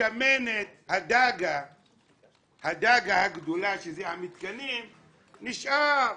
השמנת, הדגה הגדולה, שזה המתקנים, נשאר.